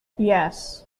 yes